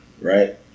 right